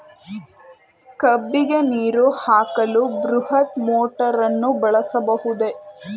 ಕಬ್ಬಿಗೆ ನೀರು ಹಾಕಲು ಬೃಹತ್ ಮೋಟಾರನ್ನು ಬಳಸಬಹುದೇ?